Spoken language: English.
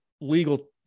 legal